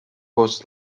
was